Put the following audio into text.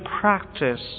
practice